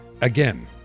Again